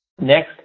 Next